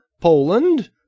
Poland